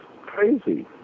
crazy